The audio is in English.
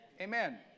Amen